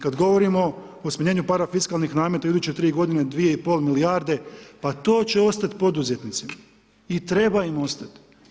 Kada govorimo o smanjenju parafiskalnih nameta u iduće tri godine 2 i pol milijarde, pa to će ostati poduzetnicima i treba im ostati.